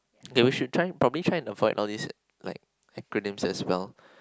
okay we should try probably try and avoid all these like acronyms as well